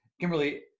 Kimberly